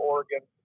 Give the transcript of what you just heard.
Oregon